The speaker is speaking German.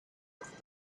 durch